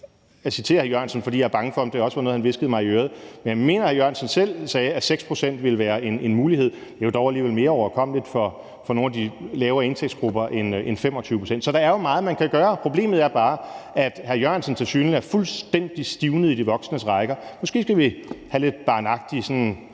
Jørgensen, fordi jeg er bange for, om det også er noget, han hviskede mig øret. Men jeg mener, at hr. Jan E. Jørgensen selv sagde, at 6 pct. ville være en mulighed. Det er dog alligevel mere overkommeligt for nogle af de lavere indkomstgrupper end 25 pct. Så der er jo meget, man kan gøre. Problemet er bare, at hr. Jan E. Jørgensen tilsyneladende er fuldstændig stivnet i de voksnes rækker. Måske skal vi have sådan lidt barnagtig fantasi